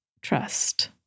trust